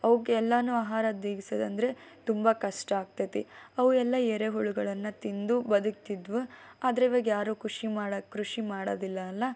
ಅವುಕ್ಕೆಲ್ಲವು ಆಹಾರ ನೀಗಿಸೋದಂದ್ರೆ ತುಂಬ ಕಷ್ಟ ಆಗ್ತೈತೆ ಅವು ಎಲ್ಲ ಎರೆಹುಳುಗಳನ್ನು ತಿಂದು ಬದುಕ್ತಿದ್ವು ಆದರೆ ಇವಾಗ ಯಾರು ಕೃಷಿ ಮಾಡೋ ಕೃಷಿ ಮಾಡೋದಿಲ್ಲ ಅಲ್ಲಾ